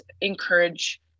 encourage